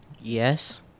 yes